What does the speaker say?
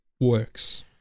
works